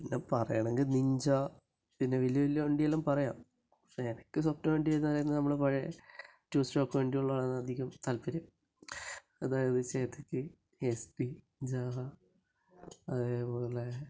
പിന്നെ പറയുക ആണെങ്കിൽ നിഞ്ചാ വലിയ വലിയ വണ്ടിയെല്ലാം പറയാം പിന്നെ എനിക്ക് സ്വപ്ന വണ്ടി എന്ന് പറയുന്നത് നമ്മളെ പഴയ ടു സ്റ്റോക്ക് വണ്ടികളാണ് അധികവും താൽപ്പര്യം അതായത് ചേതക് എസ്ബി ജാവ അതേപോലെ